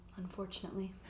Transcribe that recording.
unfortunately